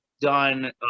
done